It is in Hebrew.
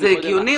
זה הגיוני?